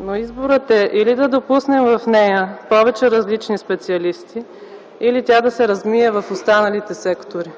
но изборът е или да допуснем в нея повече различни специалисти, или тя да се размие в останалите сектори.